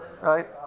right